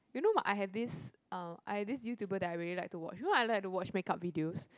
you know I have this uh I have this YouTuber that I really like to watch you know I like to watch make up videos